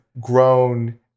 grown